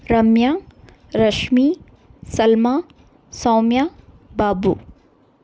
Ramya Rashmi Salma Soumya Babu